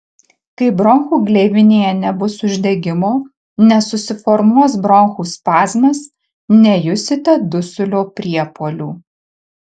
kai bronchų gleivinėje nebus uždegimo nesusiformuos bronchų spazmas nejusite dusulio priepuolių